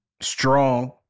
strong